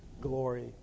glory